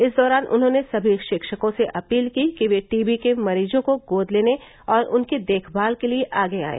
इस दौरान उन्होंने समी शिक्षकों से अपील की कि वे टीबी के मरीजों को गोद लेने और उनकी देखभाल के लिए आगे आएं